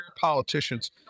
politicians